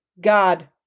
God